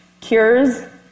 Cures